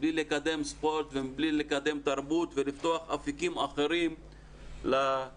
מבלי לקדם ספורט ומבלי לקדם תרבות ולפתוח אפיקים אחרים לאוכלוסייה.